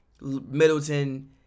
Middleton